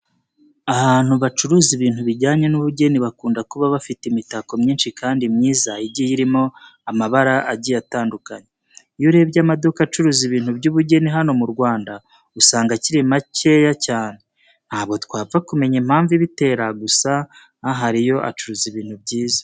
Ahantu bacuruza ibintu bijyanye n'ubugeni bakunda kuba bafite imitako myinshi kandi myiza igiye irimo amabara agiye atandukanye. Iyo urebye amaduka acuruza ibintu by'ubugeni hano mu Rwanda usanga akiri makeya cyane. Ntabwo twapfa kumenya impamvu ibitera gusa ahari yo acuruza ibintu byiza.